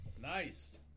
Nice